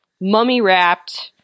mummy-wrapped